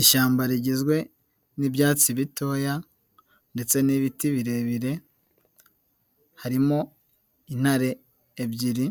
Ishyamba rigizwe n'ibyatsi bitoya ndetse n'ibiti birebire harimo intare ebyiri,